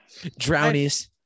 drownies